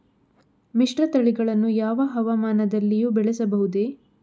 ಮಿಶ್ರತಳಿಗಳನ್ನು ಯಾವ ಹವಾಮಾನದಲ್ಲಿಯೂ ಬೆಳೆಸಬಹುದೇ?